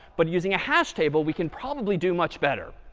but using a hash table, we can probably do much better.